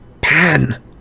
Pan